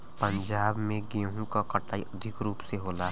पंजाब में गेंहू क कटाई अधिक रूप में होला